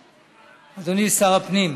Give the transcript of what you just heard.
אדוני שר הפנים,